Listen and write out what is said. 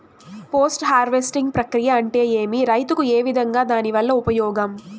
Post harvesting ప్రక్రియ అంటే ఏమి? రైతుకు ఏ విధంగా దాని వల్ల ఉపయోగం?